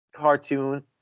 cartoon